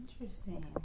Interesting